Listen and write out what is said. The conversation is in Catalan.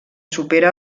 supera